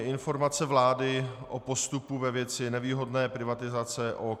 Informace vlády o postupu ve věci nevýhodné privatizace OKD